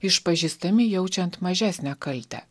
išpažįstami jaučiant mažesnę kaltę